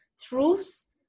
truths